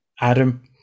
Adam